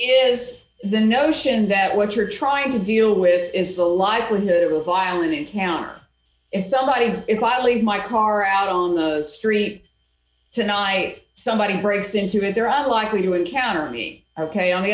is the notion that what you're trying to deal with is the likelihood of a violent encounter if somebody if i leave my car out on the street tonight somebody breaks into it there are likely to encounter me ok on the